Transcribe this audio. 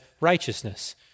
righteousness